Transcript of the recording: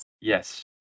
Yes